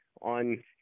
on